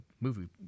movie